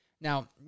Now